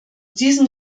diesem